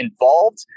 involved